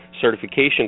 certification